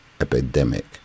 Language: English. epidemic